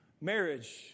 Marriage